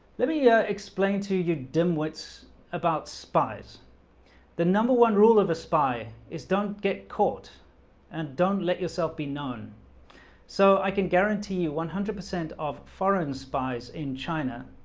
let me yeah explain to you dimwits about spies the number one rule of a spy is don't get caught and don't let yourself be known so i can guarantee you one hundred percent of foreign spies in china.